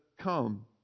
come